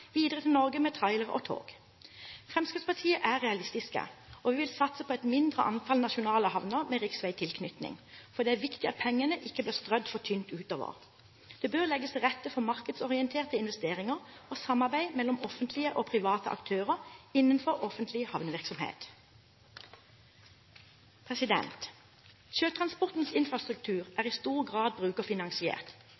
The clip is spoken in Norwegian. videre til Norge med trailer og tog. Fremskrittspartiet er realistisk, og vi vil satse på et mindre antall nasjonale havner med riksveitilknytning, for det er viktig at pengene ikke blir strødd for tynt utover. Det bør legges til rette for markedsorienterte investeringer og samarbeid mellom offentlige og private aktører innenfor offentlig havnevirksomhet. Sjøtransportens infrastruktur er